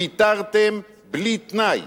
ויתרתם בלי תנאי